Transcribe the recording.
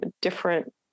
different